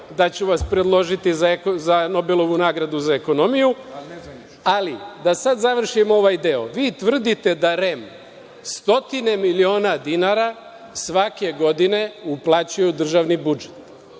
da ću vas predložiti za nobelovu nagradu za ekonomiju. Ali, da sad završimo ovaj deo. Vi tvrdite da REM stotine miliona dinara svake godine uplaćuje u državni budžet.